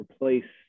replace